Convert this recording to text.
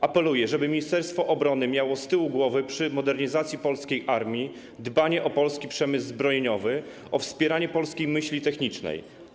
Apeluję, żeby Ministerstwo Obrony miało z tyłu głowy przy modernizacji polskiej armii dbanie o polski przemysł zbrojeniowy, o wspieranie polskiej myśli technicznej.